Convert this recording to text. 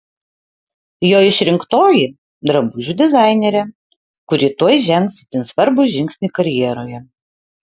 jo išrinktoji drabužių dizainerė kuri tuoj žengs itin svarbų žingsnį karjeroje